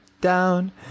down